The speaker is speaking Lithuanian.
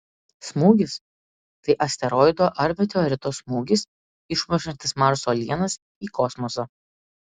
smūgis tai asteroido ar meteorito smūgis išmušantis marso uolienas į kosmosą